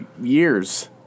years